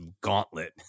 gauntlet